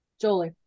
Jolie